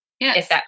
Yes